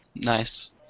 Nice